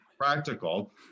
practical